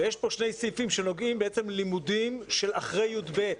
ויש פה שני סעיפים שנוגעים ללימודים של אחרי י"ב,